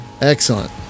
Excellent